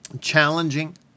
challenging